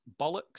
bollocks